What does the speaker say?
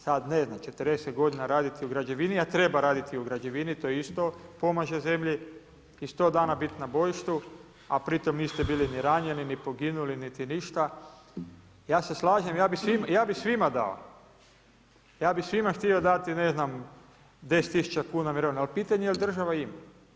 Sad ne znam, 40 godina raditi u građevini, a treba raditi u građevini, to isto pomaže zemlji i 100 dana bit na bojištu, a pri tom niste bili ni ranjeni, ni poginuli, niti ništa ja se slažem, ja bi svima dao, ja bih svima htio dati ne znam, 10 tisuća kuna mirovine, ali pitanje je jel država ima.